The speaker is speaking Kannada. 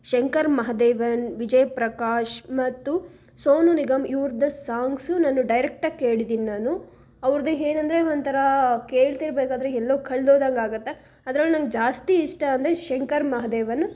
ಶಂಕರ್ ಮಹದೇವನ್ ವಿಜಯ್ ಪ್ರಕಾಶ್ ಮತ್ತು ಸೋನು ನಿಗಮ್ ಇವ್ರದ್ದು ಸಾಂಗ್ಸು ನಾನು ಡೈರೆಕ್ಟಾಗಿ ಕೇಳಿದೀನಿ ನಾನು ಅವ್ರದ್ದು ಏನಂದ್ರೆ ಒಂಥರಾ ಕೇಳ್ತಿರಬೇಕಾದ್ರೆ ಎಲ್ಲೋ ಕಳ್ದೋದಂಗಾಗುತ್ತೆ ಅದ್ರಲ್ಲೂ ನಂಗೆ ಜಾಸ್ತಿ ಇಷ್ಟ ಅಂದರೆ ಶಂಕರ್ ಮಹದೇವನ್ನು